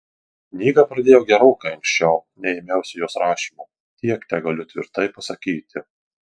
knygą pradėjau gerokai anksčiau nei ėmiausi jos rašymo tiek tegaliu tvirtai pasakyti